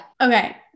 Okay